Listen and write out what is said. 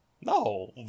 No